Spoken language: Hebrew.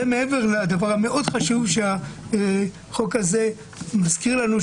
זה מעבר לדבר מאוד חשוב שהחוק הזה מזכיר לנו,